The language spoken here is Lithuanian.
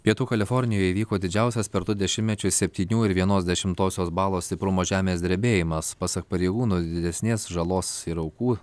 pietų kalifornijoj įvyko didžiausias per du dešimtmečius septynių ir vienos dešimtosios balo stiprumo žemės drebėjimas pasak pareigūnų didesnės žalos ir aukų